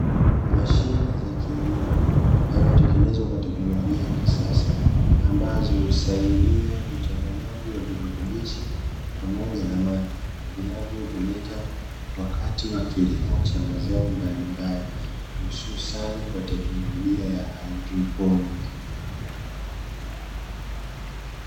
Mashine ya kilimo iliyotengenezwa kwa teknolojia ya kisasa ambazo husaidia uchanganyaji wa virutubishi pamoja na maji vinavyotumika wakati wa kilimo cha mazao mbalimbali hususani kwa teknolojia ya hydroponiki.